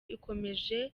ikomeje